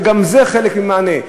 שגם זה חלק ממענה,